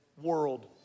world